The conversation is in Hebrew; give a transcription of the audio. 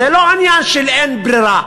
זה לא עניין של אין ברירה,